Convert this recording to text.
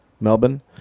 melbourne